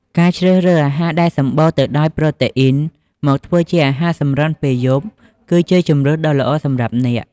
ការជ្រើសរើសអាហារដែលសម្បូរទៅដោយប្រូតេអ៊ីនមកធ្វើជាអាហារសម្រន់ពេលយប់គឺជាជម្រើសដ៏ល្អសម្រាប់អ្នក។